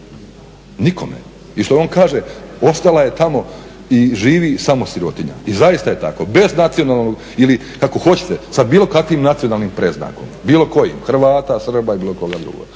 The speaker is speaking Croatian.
Nikome. I što on kaže ostala je tamo i živi samo sirotinja. I zaista je tako, bez nacionalnog, ili kako hoćete sa bilo kakvim nacionalnim predznakom, bilo kojim, Hrvata, Srba i bilo koga drugoga.